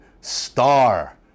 Star